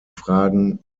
fragen